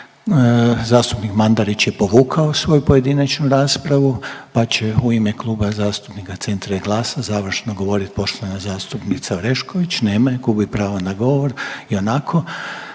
Zastupnik Mandarić je povukao svoju pojedinačnu raspravu, pa će u ime Kluba zastupnika Centra i GLAS-a završno govorit poštovana zastupnica Orešković, nema je, gubi pravo na govor ionako,